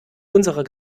unserer